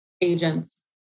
agents